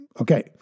Okay